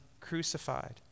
crucified